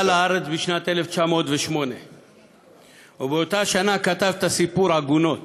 עלה לארץ בשנת 1908. באותה שנה כתב את הסיפור "עגונות",